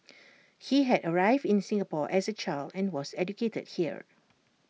he had arrived in Singapore as A child and was educated here